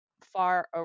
far